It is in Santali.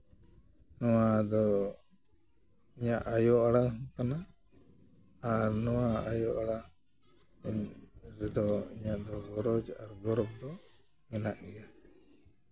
ᱱᱚᱣᱟ ᱫᱚ ᱤᱧᱟᱹᱜ ᱟᱭᱳ ᱟᱲᱟᱝ ᱠᱟᱱᱟ ᱟᱨ ᱱᱚᱣᱟ ᱟᱭᱳ ᱟᱲᱟᱝ ᱨᱮᱫᱚ ᱤᱧᱟᱹᱜ ᱫᱚ ᱜᱚᱨᱚᱡᱽ ᱟᱨ ᱜᱚᱨᱚᱵᱽ ᱫᱚ ᱢᱮᱱᱟᱜ ᱜᱮᱭᱟ